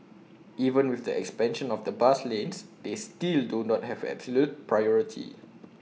even with the expansion of bus lanes they still do not have absolute priority